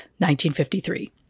1953